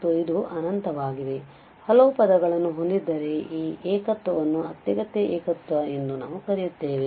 ಮತ್ತು ಇದು ಅನಂತವಾಗಿ ಹಲವು ಪದಗಳನ್ನು ಹೊಂದಿದ್ದರೆ ಈ ಏಕತ್ವವನ್ನು ಅತ್ಯಗತ್ಯ ಏಕತ್ವ ಎಂದು ನಾವು ಕರೆಯುತ್ತೇವೆ